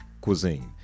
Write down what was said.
Cuisine